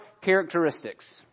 characteristics